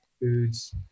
foods